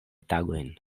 tagojn